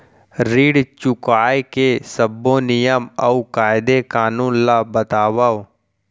ऋण चुकाए के सब्बो नियम अऊ कायदे कानून ला बतावव